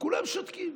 וכולם שותקים.